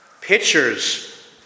Pictures